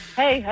hey